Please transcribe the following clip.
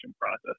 process